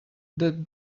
that